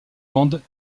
bandes